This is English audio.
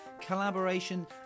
collaboration